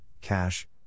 Cash